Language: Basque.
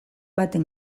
baten